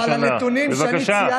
אבל יש גבול.